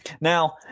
Now